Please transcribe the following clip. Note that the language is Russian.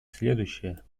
следующее